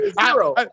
zero